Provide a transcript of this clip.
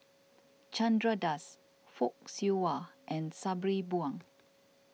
Chandra Das Fock Siew Wah and Sabri Buang